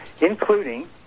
including